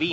Herr